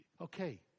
Okay